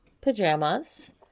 pajamas